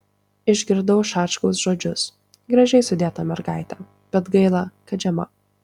išgirdau šačkaus žodžius gražiai sudėta mergaitė bet gaila kad žema